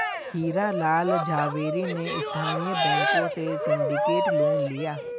हीरा लाल झावेरी ने स्थानीय बैंकों से सिंडिकेट लोन लिया